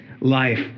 life